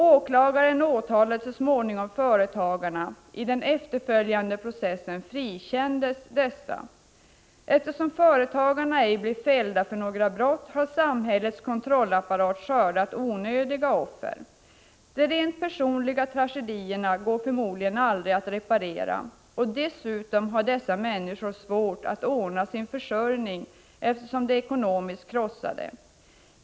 Åklagaren åtalade så småningom företagarna. I den efterföljande processen frikändes dessa. Eftersom företagarna ej blev fällda för några brott har samhällets kontrollapparat skördat onödiga offer. De rent personliga tragedierna går förmodligen aldrig att reparera och dessutom har dessa människor svårt att ordna sin försörjning, eftersom de är ekonomiskt krossade.